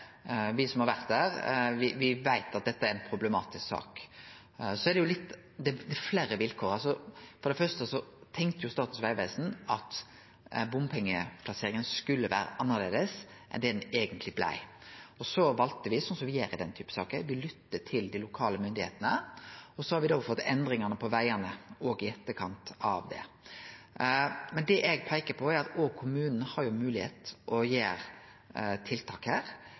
fleire vilkår. For det første tenkte Statens vegvesen at bomplasseringa skulle vere annleis enn det ho eigentleg blei. Så valde me, slik som me gjer i den typen saker, å lytte til dei lokale myndigheitene, og så har me også fått endringar på vegane i etterkant av det. Det eg peiker på, er at kommunen har moglegheit til å gjere tiltak her.